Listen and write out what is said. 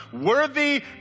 worthy